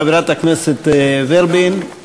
חברת הכנסת ורבין,